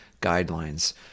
guidelines